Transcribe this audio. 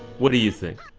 what do you think?